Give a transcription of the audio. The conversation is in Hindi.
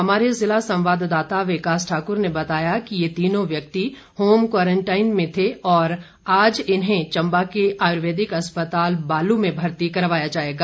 हमारे जिला संवाददाता विकास ठाकर ने बताया कि ये तीनों व्यक्ति होम क्वारंटाइन में थे और आज इन्हें चम्बा के आयुर्वेदिक अस्पताल बालू में भर्ती किया जाएगा